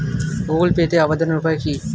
Google পেতে আবেদনের উপায় কি?